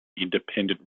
independent